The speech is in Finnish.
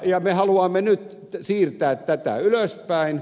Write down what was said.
me haluamme nyt siirtää tätä ylöspäin